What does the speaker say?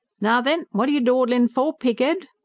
now then, wot are you dawdlin' for, pig-'ead?